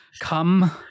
come